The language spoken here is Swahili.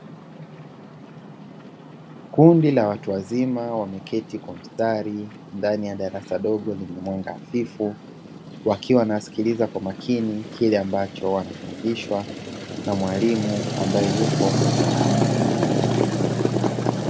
Kundi la watu wazima wameketi kwa mstari, ndani ya darasa dogo lenye mwanga hafifu, wakiwa wanasikiliza kwa makini kile ambacho wanafundishwa na mwalimu ambaye yupo mbele yao.